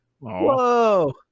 Whoa